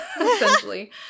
essentially